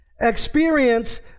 Experience